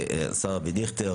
השר אבי דיכטר,